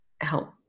help